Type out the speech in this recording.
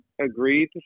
agreed